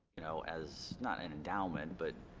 you know as not an endowment but